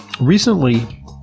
recently